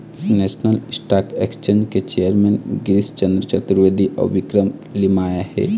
national Stock Exchange के chairman Girish Chandra Chaturvedi अउ विक्रम लिमाय हे